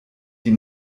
die